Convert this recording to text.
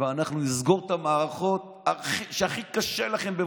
ואנחנו נסגור את המערכות שהכי קשה לכם להכיל,